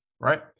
right